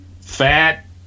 fat